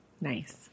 Nice